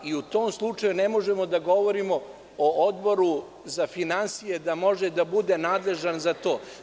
U tom slučaju ne možemo da govorimo o Odboru za finansije da može da bude nadležan za to.